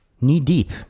knee-deep